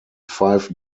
five